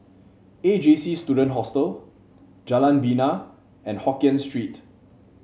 A J C Student Hostel Jalan Bena and Hokkien Street